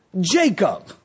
Jacob